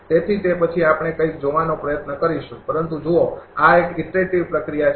તેથી તે પછી આપણે કંઈક જોવાનો પ્રયત્ન કરીશું પરંતુ જુઓ આ એક ઈટરેટિવ પ્રક્રિયા છે